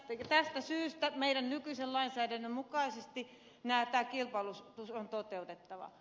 tästä syystä meidän nykyisen lainsäädäntömme mukaisesti tämä kilpailutus on toteutettava